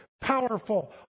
powerful